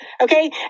okay